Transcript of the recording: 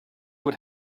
what